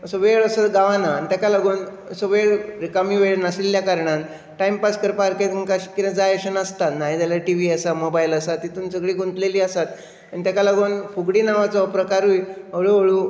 असो वेळ असो गावना ताका लागून असो वेळ रिकामी वेळ नाशिल्ल्या कारणान टायम पास करपाक तुमकां कितें जाय अशें नासता नायीजाल्यार टी वी आसा मोबायल आसा तितूंन सगळीं गुंतलेली आसात आनी ताका लागून फुगडी नांवाचो हो प्रकारूय हळूहळू